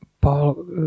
Paul